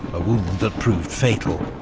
a wound that proved fatal.